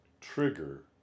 trigger